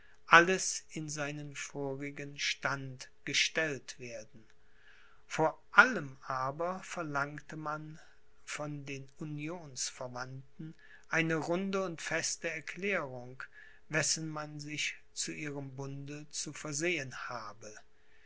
alles in seinen vorigen stand gestellt werden vor allem aber verlangte man von den unionsverwandten eine runde und feste erklärung wessen man sich zu ihrem bunde zu versehen habe